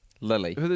Lily